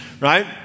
right